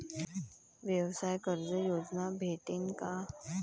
व्यवसाय कर्ज योजना भेटेन का?